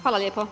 Hvala lijepo.